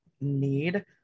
need